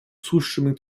zustimmung